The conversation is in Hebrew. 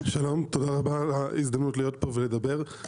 שלום ותודה רבה על ההזדמנות להיות פה ולדבר.